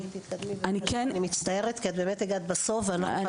רק תנסי לתמצת כי הגעת בסוף וזמננו